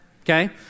Okay